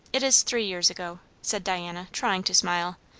it is three years ago, said diana, trying to smile.